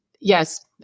Yes